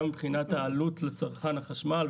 גם מבחינת העלות של החשמל לצרכן,